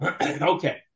Okay